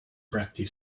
practice